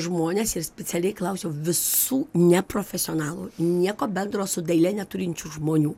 žmones ir spicialiai klausiau visų neprofesionalų nieko bendro su daile neturinčių žmonių